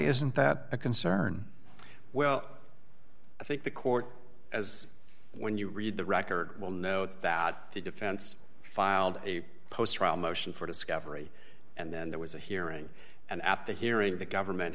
isn't that a concern well i think the court as when you read the record will know that the defense filed a post trial motion for discovery and then there was a hearing and at that hearing the government